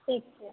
ठीक छै तऽ